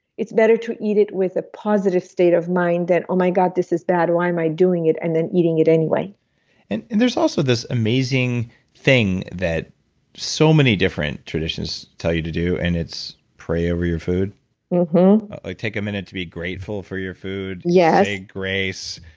it's better to eat it with a positive state of mind than oh my god this is bad, why am i doing it? and then eating it anyway and and there's also this amazing thing that so many different traditions tell you to do and it's pray over your food mm-hmm um like take a minute to be grateful for your food, yeah say grace.